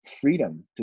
freedom